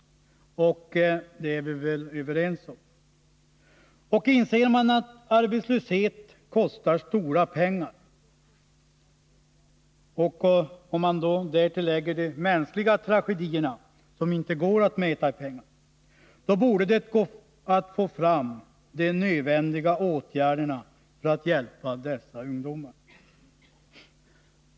Det är vi väl överens om? Och inser man att arbetslöshet kostar stora pengar — förutom de mänskliga tragedierna, som inte går att mäta i pengar — borde det gå att få fram de nödvändiga åtgärderna för att hjälpa dessa ungdomar.